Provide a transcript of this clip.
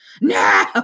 No